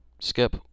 skip